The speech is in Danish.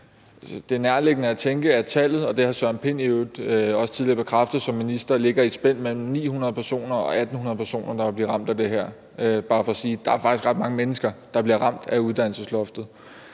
er nærliggende at tænke, at tallet – og det har hr. Søren Pind i øvrigt også tidligere bekræftet som minister – ligger i et spænd mellem 900 personer og 1.800 personer, der vil blive ramt af det her. Det er bare for at sige, at der faktisk er ret mange mennesker, der bliver ramt af uddannelsesloftet.